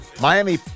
Miami